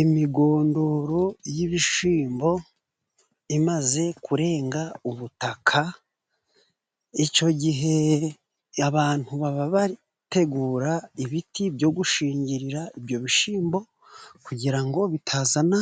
Imigondoro y'ibishyimbo imaze kurenga ubutaka. Icyo gihe abantu baba bategura ibiti byo gushingirira ibyo bishyimbo, kugira ngo bitazana